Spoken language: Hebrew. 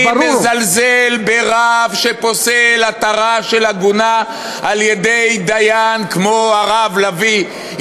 אני מזלזל ברב שפוסל התרה של עגונה על-ידי דיין כמו הרב לביא.